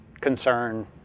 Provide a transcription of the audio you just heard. concern